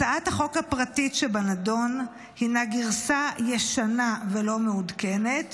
הצעת החוק הפרטית שבנדון הינה גרסה ישנה ולא מעודכנת,